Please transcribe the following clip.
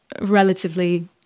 relatively